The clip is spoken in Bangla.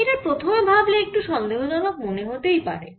এটা প্রথমে ভাবলে একটু সন্দেহজনক মনে হতে পারে